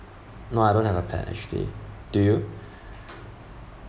no I don't have a pet actually do you